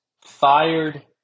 fired